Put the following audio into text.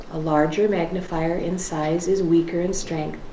a larger magnifier in size is weaker in strength,